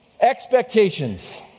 expectations